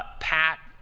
pat,